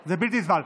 זה בלתי נסבל.